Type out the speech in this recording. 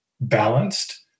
balanced